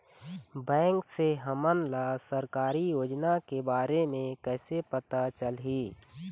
Bank से हमन ला सरकारी योजना के बारे मे कैसे पता चलही?